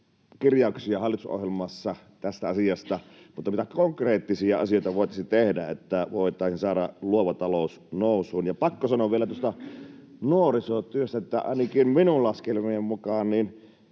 kirjauksia hallitusohjelmassa tästä asiasta, mutta mitä konkreettisia asioita voitaisiin tehdä, että voitaisiin saada luova talous nousuun? Ja pakko sanoa vielä tuosta nuorisotyöstä, että ainakin minun laskelmieni mukaan